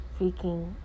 freaking